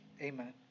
Amen